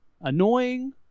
annoying